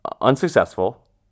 unsuccessful